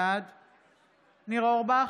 בעד ניר אורבך,